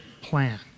plan